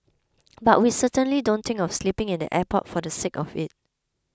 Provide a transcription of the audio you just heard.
but we certainly don't think of sleeping in the airport for the sake of it